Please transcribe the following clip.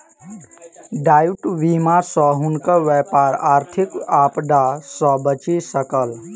दायित्व बीमा सॅ हुनकर व्यापार आर्थिक आपदा सॅ बचि सकल